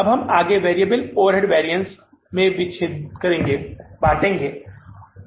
अब हम आगे वेरिएबल ओवरहेड वैरिअन्स में विच्छेद करेंगे